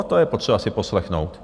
To je potřeba si poslechnout.